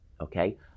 Okay